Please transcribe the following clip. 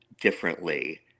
differently